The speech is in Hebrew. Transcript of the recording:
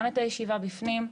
גם את הישיבה בפנים,